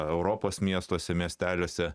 europos miestuose miesteliuose